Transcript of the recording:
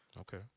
Okay